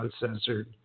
uncensored